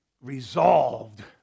resolved